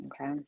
okay